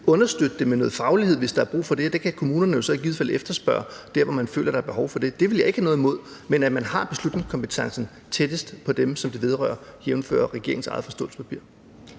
understøtte det med noget faglighed, hvis der er brug for det. Det kan kommunerne jo så i givet fald efterspørge der, hvor man føler der er behov for det. Det ville jeg ikke have noget imod. Men jeg synes, man skal have beslutningskompetencen tættest på dem, som det vedrører, jævnfør regeringens eget forståelsespapir.